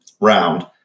round